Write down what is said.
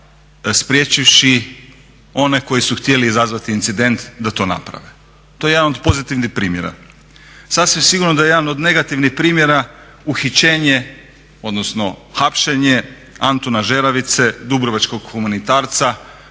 spriječivši one koji su htjeli izazvati incident da to naprave. To je jedan od pozitivnih primjera. Sasvim sigurno je da je jedan od negativnih primjera uhićenje odnosno hapšenje Antuna Žeravice dubrovačkog humanitarca